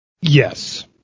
Yes